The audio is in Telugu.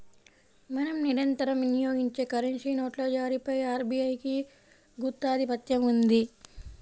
మనం నిరంతరం వినియోగించే కరెన్సీ నోట్ల జారీపై ఆర్బీఐకి గుత్తాధిపత్యం ఉంది